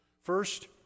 First